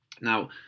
Now